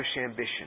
ambition